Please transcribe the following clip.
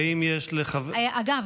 אגב,